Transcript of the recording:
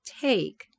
take